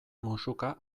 musuka